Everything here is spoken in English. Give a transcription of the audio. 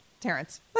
Terrence